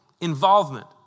Involvement